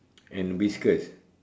and whiskers